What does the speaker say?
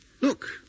Look